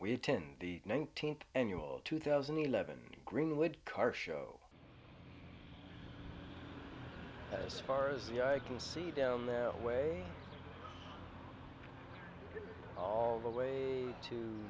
we attend the nineteenth annual two thousand and eleven greenwood car show as far as the eye can see down there way all the way to